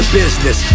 business